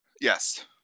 Yes